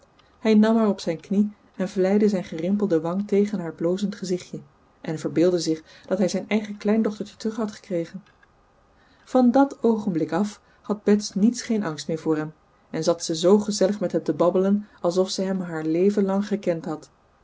hij nam haar op zijn knie en vleide zijn gerimpelde wang tegen haar blozend gezichtje en verbeeldde zich dat hij zijn eigen kleindochtertje terug had gekregen van dat oogenblik af had bets niets geen angst meer voor hem en zat ze zoo gezellig met hem te babbelen alsof ze hem haar leven lang gekend had